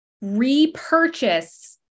repurchase